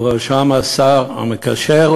ובראשם השר המקשר,